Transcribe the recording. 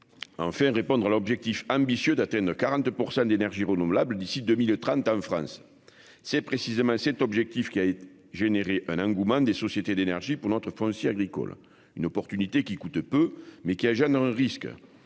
de répondre au projet ambitieux d'atteindre 40 % d'énergie renouvelable d'ici à 2030 en France. C'est précisément cet objectif qui a suscité l'engouement des sociétés d'énergie pour notre foncier agricole, une opportunité qui leur coûte peu, mais qui présente un risque